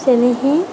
চেনেহী